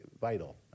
vital